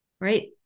Right